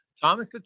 Thomas